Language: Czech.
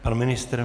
Pan ministr?